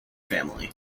family